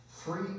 Three